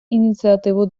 ініціативу